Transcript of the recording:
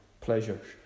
pleasures